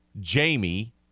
jamie